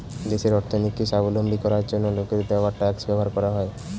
দেশের অর্থনীতিকে স্বাবলম্বী করার জন্য লোকের দেওয়া ট্যাক্স ব্যবহার করা হয়